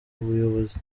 buyobozi